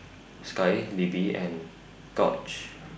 Sky Libbie and Gauge